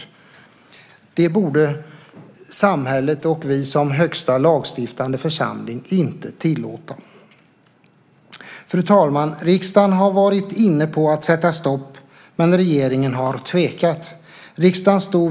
Det borde samhället och vi som högsta lagstiftande församling inte tillåta. Fru talman! Riksdagen har varit inne på att sätta stopp för detta, men regeringen har tvekat.